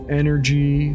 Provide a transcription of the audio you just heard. energy